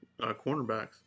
cornerbacks